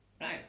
Right